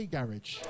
Garage